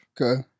Okay